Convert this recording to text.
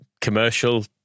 Commercial